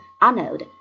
Arnold